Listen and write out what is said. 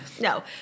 No